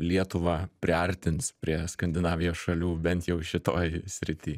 lietuvą priartins prie skandinavijos šalių bent jau šitoj srity